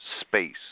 space